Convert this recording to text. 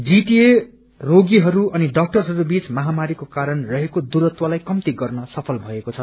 GTA रोगीहरू अनि डाक्टरहरूबीच महामरीको कारण रहेको दूरूत्वलाई कम्ती गर्न सफल भएको छ